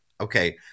Okay